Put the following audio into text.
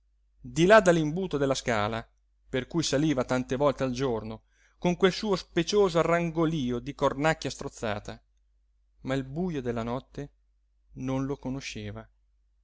di là dall'imbuto della scala per cui saliva tante volte al giorno con quel suo specioso arrangolío di cornacchia strozzata ma il bujo della notte non lo conosceva